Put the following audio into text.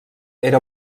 era